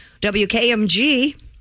WKMG